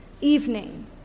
Evening